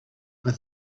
but